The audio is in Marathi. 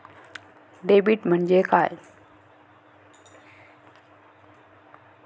डेबिट म्हणजे काय?